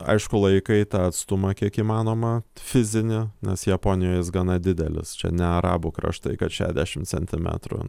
aišku laikai tą atstumą kiek įmanoma fizinį nes japonijoj jis gana didelis čia ne arabų kraštai kad šedešim centimetrų